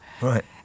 Right